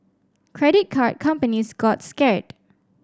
credit card companies got scared